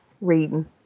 reading